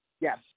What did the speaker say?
Yes